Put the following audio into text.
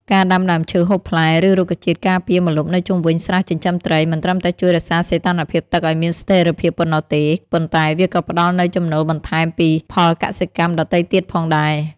ការដាំដើមឈើហូបផ្លែ ឬរុក្ខជាតិការពារម្លប់នៅជុំវិញស្រះចិញ្ចឹមត្រី មិនត្រឹមតែជួយរក្សាសីតុណ្ហភាពទឹកឱ្យមានស្ថិរភាពប៉ុណ្ណោះទេ ប៉ុន្តែវាក៏ផ្ដល់នូវចំណូលបន្ថែមពីផលកសិកម្មដទៃទៀតផងដែរ។